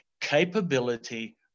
capability